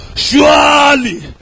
Surely